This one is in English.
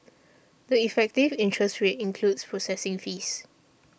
the effective interest rate includes processing fees